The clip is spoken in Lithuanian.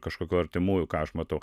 kažkokių artimųjų ką aš matau